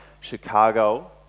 Chicago